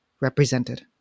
represented